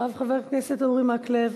אחריו, חבר הכנסת אורי מקלב.